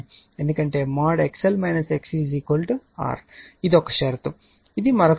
ఇది ఒక షరతు ఇది మరొక షరతు అవుతుంది